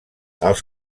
els